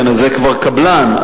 זה כבר קבלן.